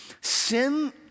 Sin